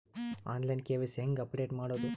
On line KYC ಹೇಂಗ update ಮಾಡೋದು?